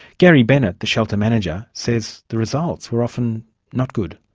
gary bennett, the shelter manager, says the results were often not good.